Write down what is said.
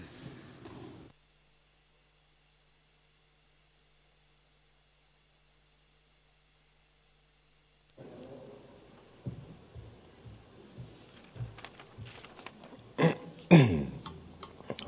arvoisa puhemies